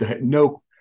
no